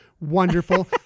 Wonderful